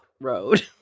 road